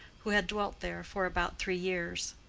who had dwelt there for about three years.